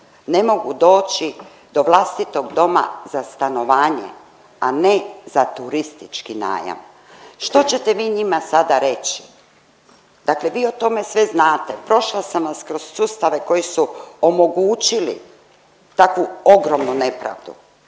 ne mogu doći do vlastitog doma za stanovanje, a ne za turistički najam. Što ćete vi njima sada reći? Dakle vi o tome sve znate, prošla sam vas kroz sustave koji su omogućili takvu ogromnu nepravdu.